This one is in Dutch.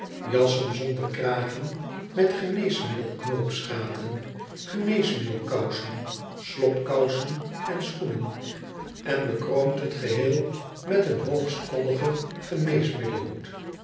jassen zonder kragen met geneesmiddel knoopsgaten geneesmiddelkousen slobkousen en schoenen en bekroont het geheel met een hoogst koddigen geneesmiddel hoed